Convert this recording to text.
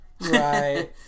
Right